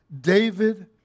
David